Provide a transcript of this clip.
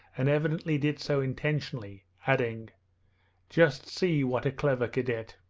and evidently did so intentionally, adding just see what a clever cadet